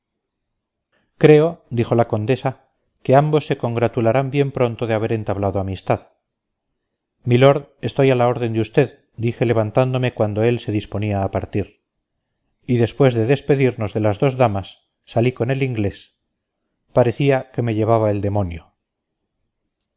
creo dijo la condesa que ambos se congratularán bien pronto de haber entablado amistad milord estoy a la orden de usted dije levantándome cuando él se disponía a partir y después de despedirnos de las dos damas salí con el inglés parecía que me llevaba el demonio